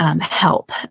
help